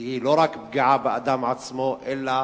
כי היא לא רק פגיעה באדם עצמו אלא